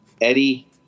Eddie